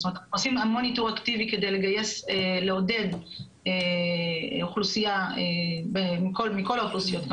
זאת אומרת עושים המון איתור אקטיבי כדי לעודד גיוס מכל האוכלוסיות,